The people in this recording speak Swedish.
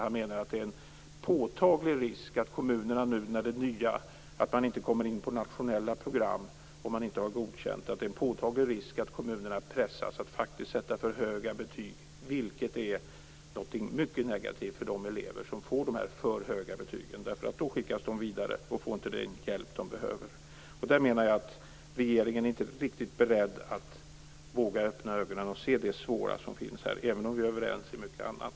Han menar att det finns en påtaglig risk att kommunerna, nu när eleverna inte kommer in på nationella program om de inte har godkända betyg, pressas att sätta för höga betyg, vilket är mycket negativt för de elever som får de betygen. Då skickas de vidare och får inte den hjälp som de behöver. Jag menar att regeringen inte riktigt vågar öppna ögonen och se det svåra med det här, även om vi är överens om mycket annat.